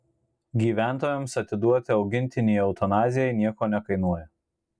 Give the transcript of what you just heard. gyventojams atiduoti augintinį eutanazijai nieko nekainuoja